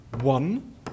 One